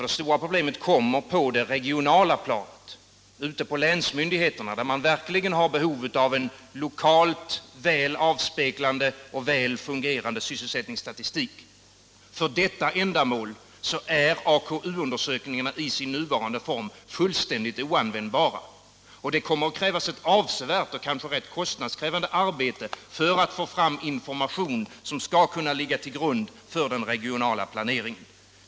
Detta kommer på det regionala planet, i länsmyndigheterna, där man verkligen har behov av en lokalt väl avspeglande och väl fungerande sysselsättningsstatistik. För detta ändamål är AKU-undersökningarna i sin nuvarande form fullständigt oanvändbara. Det kommer att krävas ett avsevärt, och kanske rätt grund för den regionala planeringen.